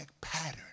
pattern